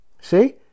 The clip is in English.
see